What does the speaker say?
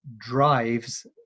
drives